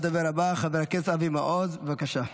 הדובר הבא, חבר הכנסת אבי מעוז, בבקשה.